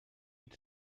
eat